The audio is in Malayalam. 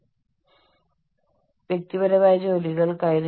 അതിനാൽ ഇവ വിശ്രമ വിദ്യകളാണ്